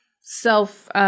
self